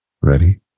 Ready